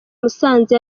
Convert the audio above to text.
musanze